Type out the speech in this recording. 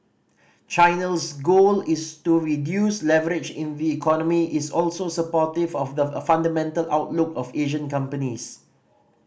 China's goal is to reduce leverage in the economy is also supportive of the fundamental outlook of Asian companies